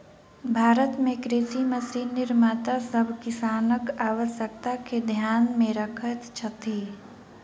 भारत मे कृषि मशीन निर्माता सभ किसानक आवश्यकता के ध्यान मे रखैत छथि